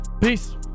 Peace